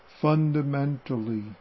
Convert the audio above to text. fundamentally